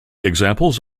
examples